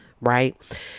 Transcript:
right